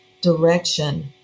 direction